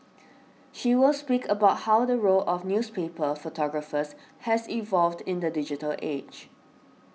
she will speak about how the role of newspaper photographers has evolved in the digital age